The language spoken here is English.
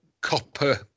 copper